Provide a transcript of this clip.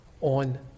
on